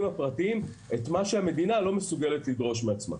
הפרטיים את מה שהמדינה לא מסוגלת לדרוש מעצמה.